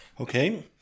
Okay